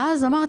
שואלות".